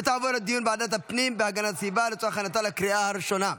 ותעבור לדיון בוועדת הפנים והגנת הסביבה לצורך הכנתה לקריאה הראשונה.